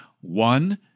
One